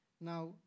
Now